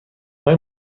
آیا